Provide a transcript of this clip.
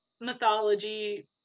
mythology